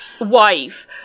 wife